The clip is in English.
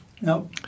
No